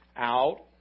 out